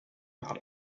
about